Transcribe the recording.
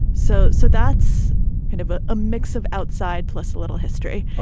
so so that's kind of ah a mix of outside plus a little history.